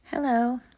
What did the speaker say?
Hello